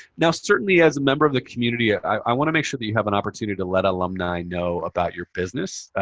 now, certainly as a member of the community, ah i want to make sure that you have an opportunity to let alumni know about your business.